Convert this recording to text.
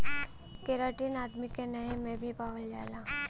keratin आदमी के नहे में भी पावल जाला